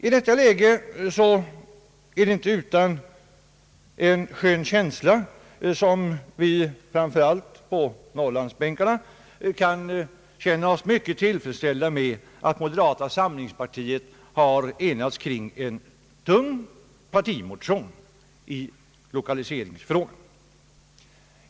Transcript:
I detta läge är det inte utan att vi framför allt på norrlandsbänkarna kan känna oss mycket tillfredsställda med att moderata samlingspartiet har enats kring en tung partimotion i lokaliseringsfrågan.